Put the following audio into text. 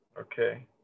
Okay